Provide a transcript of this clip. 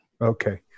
Okay